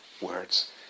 words